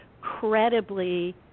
credibly